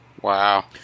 Wow